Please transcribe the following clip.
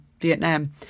Vietnam